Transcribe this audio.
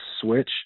SWITCH